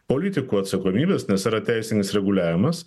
politikų atsakomybės nes yra teisinis reguliavimas